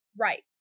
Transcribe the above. Right